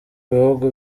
bihugu